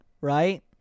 Right